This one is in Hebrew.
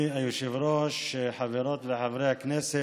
חבר הכנסת